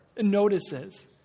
notices